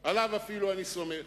עליו אפילו אני סומך.